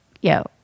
yo